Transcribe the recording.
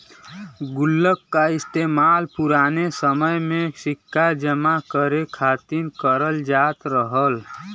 गुल्लक का इस्तेमाल पुराने समय में सिक्का जमा करे खातिर करल जात रहल